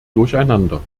durcheinander